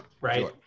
right